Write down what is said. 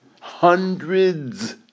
hundreds